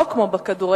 לא כמו בכדורגל,